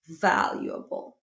valuable